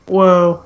Whoa